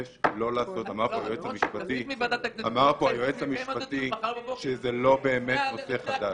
אמר פה היועץ המשפטי שזה לא באמת נושא חדש,